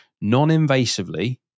non-invasively